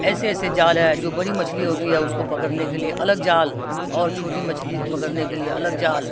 ایسے ایسے جال ہے جو بڑی مچھلی ہوتی ہے اس کو پکڑنے کے لیے الگ جال اور چھوٹی مچھلی پکڑنے کے لیے الگ جال